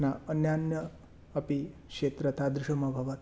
न अन्यान्यम् अपि क्षेत्रं तादृशमभवत्